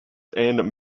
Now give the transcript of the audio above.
and